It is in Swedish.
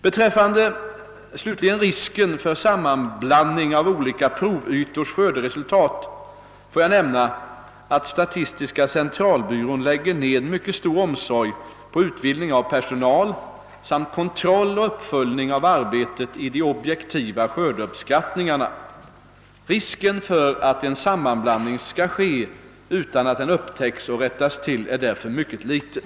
Beträffande risken för sammanblandning av olika provytors skörderesultat får jag slutligen nämna att statistiska centralbyrån lägger ned mycket stor omsorg på utbildning av personal samt kontroll och uppföljning av arbetet i de objektiva skördeuppskattningarna. Risken för att en sammanblandning skall ske utan att den upptäcks och rättas till är därför mycket liten.